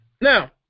Now